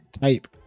type